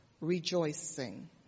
rejoicing